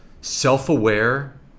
self-aware